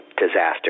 disaster